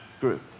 group